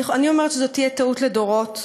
אני אומרת שזו תהיה טעות לדורות,